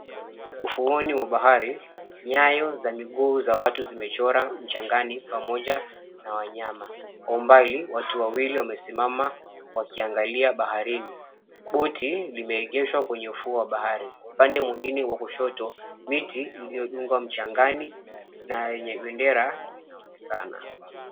Ufuoni mwa bahari, nyayo za miguu za watu zimechora mchangani pamoja na wanyama. Kwa umbali watu wawili wamesimama wakiangalia baharini. Boti limeegeshwa kwenye ufuo wa bahari. Upande mwingine wa kushoto, miti iliyodungwa mchangani na yenye bendera inaonekana.